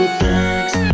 thanks